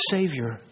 Savior